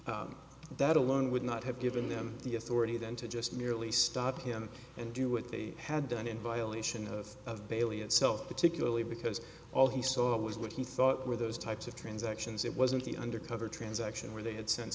that that alone would not have given them the authority then to just merely stop him and do what they had done in violation of of bailey itself particularly because all he saw was what he thought were those types of transactions it wasn't the undercover transaction where they had sent